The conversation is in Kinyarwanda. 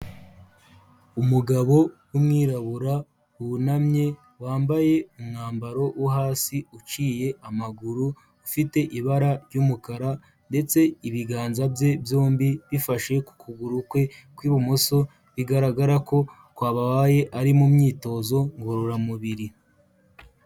Umugabo w'umwirabura wunamye, wambaye umwambaro wo hasi uciye amaguru, ufite ibara ry'umukara ndetse ibiganza bye byombi bifashe ku kuguru kwe kw'ibumoso bigaragara ko kwabaye ari mu myitozo ngororamubiri.